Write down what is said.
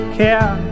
care